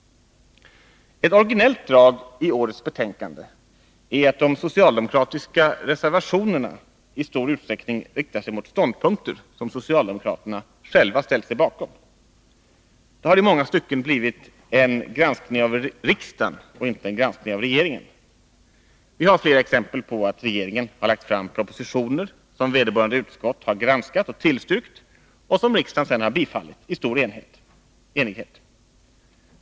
Ett originellt drag i årets betänkande är att de socialdemokratiska reservationerna i stor utsträckning riktar sig mot ståndpunkter som socialdemokraterna själva ställt sig bakom. Det har i många stycken blivit en granskning av riksdagen och inte en granskning av regeringen. Vi har flera exempel på att regeringen har lagt fram propositioner som vederbörande utskott har granskat och tillstyrkt och som riksdagen sedan har bifallit i stor enighet.